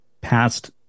past